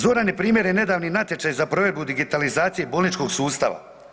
Zoran je primjer i nedavni natječaj za provedbu digitalizacije bolničkog sustava.